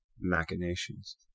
machinations